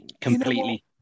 completely